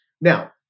Now